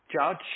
judge